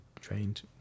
trained